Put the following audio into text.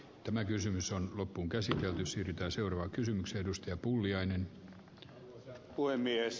tämä kysymys on loppuunkäsitelty siirtää seuraava kysymys edustaja arvoisa puhemies